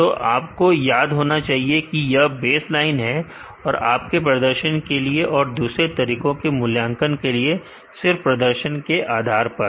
तो आपको याद होना चाहिए कि यह बेसलाइन है आपके प्रदर्शन के लिए और दूसरे तरीकों के मूल्यांकन के लिए सिर्फ प्रदर्शन के आधार पर